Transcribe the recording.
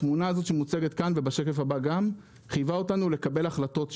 התמונה הזאת שמוצגת כאן וגם בשקף הבא חייבה אותנו לקבל החלטות,